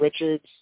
Richards